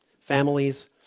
families